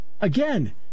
Again